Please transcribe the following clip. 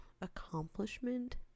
accomplishment